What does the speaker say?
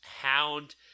hound